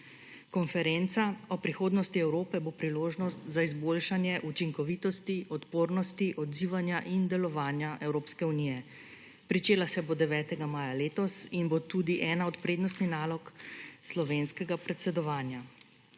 Konferenca o prihodnosti Evrope bo priložnost za izboljšanje učinkovitosti, odpornosti, odzivanja in delovanja Evropske unije. Pričela se bo 9. maja letos in bo tudi ena od prednostnih nalog slovenskega predsedovanja.